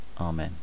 Amen